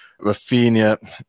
Rafinha